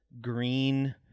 green